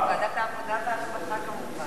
ועדת העבודה והרווחה כמובן.